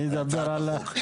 אני אדבר על --- על הצעת החוק.